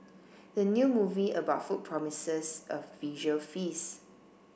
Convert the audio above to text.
the new movie about food promises a visual feast